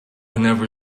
never